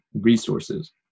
resources